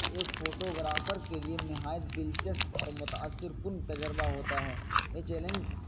ایک فوٹوگرافر کے لیے نہایت دلچسپ اور متأثر کن تجربہ ہوتا ہے یہ چیلنجس